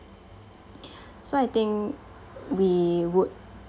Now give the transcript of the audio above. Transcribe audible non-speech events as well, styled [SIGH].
[BREATH] so I think we would